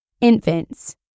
Infants